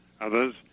others